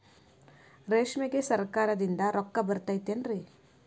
ರೇಷ್ಮೆಗೆ ಸರಕಾರದಿಂದ ರೊಕ್ಕ ಬರತೈತೇನ್ರಿ?